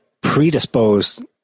predisposed